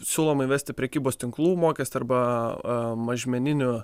siūloma įvesti prekybos tinklų mokestį arba mažmeninių